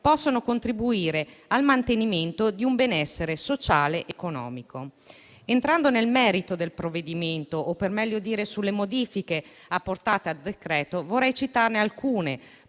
possono contribuire al mantenimento del benessere sociale ed economico. Entrando nel merito del provvedimento o, per meglio dire, delle modifiche apportate al decreto-legge, vorrei citarne alcune,